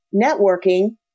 networking